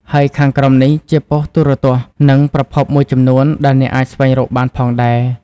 ហើយខាងក្រោមនេះជាប៉ុស្តិ៍ទូរទស្សន៍ និងប្រភពមួយចំនួនដែលអ្នកអាចស្វែងរកបានផងដែរ។